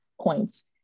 points